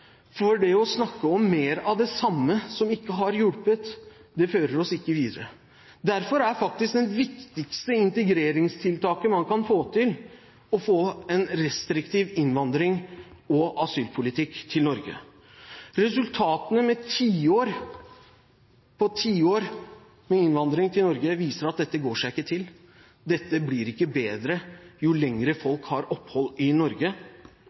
for det å snakke om mer av det samme som ikke har hjulpet, fører oss ikke videre. Derfor er faktisk det viktigste integreringstiltaket man kan få til, å få en restriktiv norsk innvandrings- og asylpolitikk. Resultatene med tiår på tiår med innvandring til Norge viser at dette går seg ikke til, dette blir ikke bedre jo lenger folk har opphold i Norge.